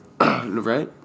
Right